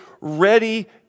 ready